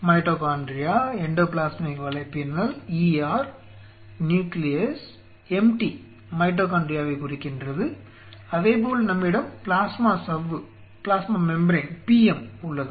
mitochondria endoplasmic வலைப்பின்னல் ER nucleus Mt மைட்டோகாண்ட்ரியாவைக் குறிக்கின்றது அதே போல் நம்மிடம் பிளாஸ்மா சவ்வு PM உள்ளது